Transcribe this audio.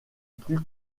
plus